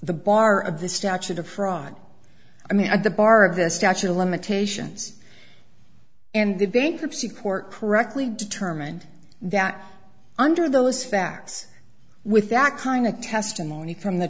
the bar of the statute of fraud i mean at the bar of the statute of limitations and the bankruptcy court correctly determined that under those facts with that kind of testimony from the